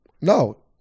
No